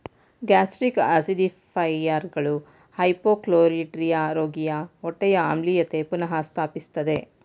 gastric ಆಸಿಡಿಫೈಯರ್ಗಳು hypochlorhydria ರೋಗಿಯ ಹೊಟ್ಟೆಯ ಆಮ್ಲೀಯತೆ ಪುನಃ ಸ್ಥಾಪಿಸ್ತದೆ